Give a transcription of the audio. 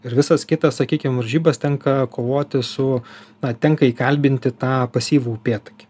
ir visas kitas sakykim varžybas tenka kovoti su na tenka įkalbinti tą pasyvų upėtakį